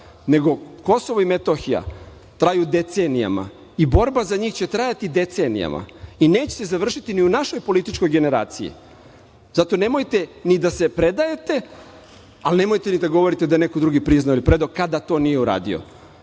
nego Kosovo i Metohija traju decenijama i borba za njih će trajati decenijama i neće se završiti ni u našoj političkoj generaciji. Zato nemojte ni da se predajte, ali nemojte ni da govorite da je neko drugi priznao ili predao kada to nije uradio.